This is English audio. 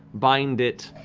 bind it,